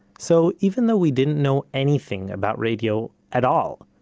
so even though we didn't know anything about radio at all,